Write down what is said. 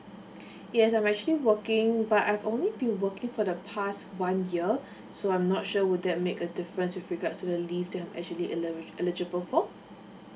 yes I'm actually working but I've only been working for the past one year so I'm not sure would that make a difference with regard to the leave that I'm actually eli~ eligible for